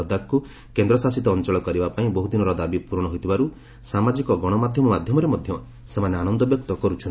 ଲଦାଖକୁ କେନ୍ଦ୍ରଶାସିତ ଅଞ୍ଚଳ କରିବା ପାଇଁ ବହ୍ରଦିନର ଦାବି ପ୍ରରଣ ହୋଇଥିବାର୍ତ ସାମାଜିକ ଗଣମାଧ୍ୟମରେ ମଧ୍ୟ ସେମାନେ ଆନନ୍ଦ ବ୍ୟକ୍ତ କର୍ରଚ୍ଛନ୍ତି